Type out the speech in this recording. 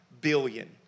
billion